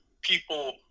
people